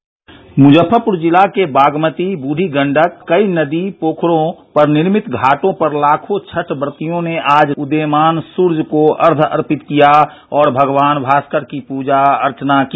bite Muzaffarpur PTC Muzaffarpur जिला के बागमती बूढ़ी गंडक कई नदी पोखरों व निर्मित घाटों पर लाखों छठ व्रतियों ने आज उदीयमान सूर्य को अर्घ्य अर्पित किया और भगवान भास्कर की प्रजा अर्चना की